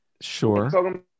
Sure